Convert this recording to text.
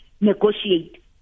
negotiate